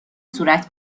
صورت